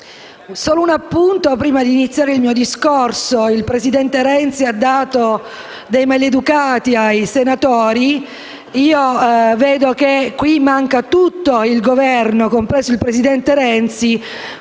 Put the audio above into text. solo un appunto, prima di iniziare il mio discorso. Il presidente Renzi ha dato del "maleducato" ai senatori. Vedo che qui manca tutto il Governo, compreso il presidente Renzi,